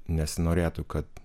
nesinorėtų kad